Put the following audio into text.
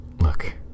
look